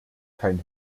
kein